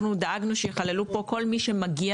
אנחנו דאגנו שייכללו כאן כל מי שמגיע